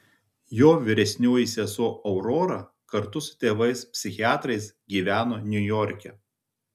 jo vyresnioji sesuo aurora kartu su tėvais psichiatrais gyveno niujorke